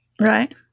Right